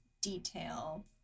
detail